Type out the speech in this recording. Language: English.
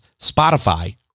Spotify